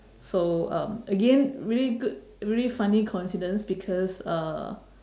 so um again really good really funny coincidence because uh